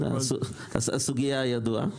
הסוגיה הידועה.